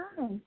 Hi